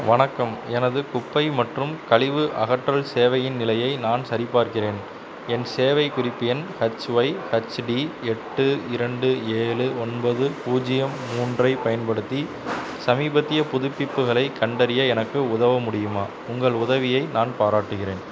வணக்கம் எனது குப்பை மற்றும் கழிவு அகற்றல் சேவையின் நிலையை நான் சரிபார்க்கிறேன் என் சேவைக் குறிப்பு எண் ஹச் ஒய் ஹச் டி எட்டு இரண்டு ஏழு ஒன்பது பூஜ்ஜியம் மூன்றை பயன்படுத்தி சமீபத்திய புதுப்பிப்புகளைக் கண்டறிய எனக்கு உதவ முடியுமா உங்கள் உதவியை நான் பாராட்டுகிறேன்